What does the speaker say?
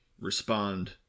respond